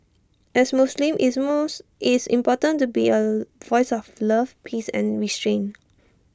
as Muslims it's moves it's important to be A voice of love peace and restraint